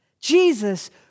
Jesus